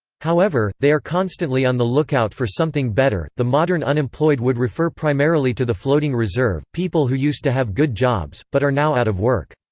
however, they are constantly on the lookout for something better the modern unemployed would refer primarily to the floating reserve, people who used to have good jobs, but are now out of work.